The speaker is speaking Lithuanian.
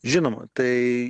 žinoma tai